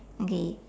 okay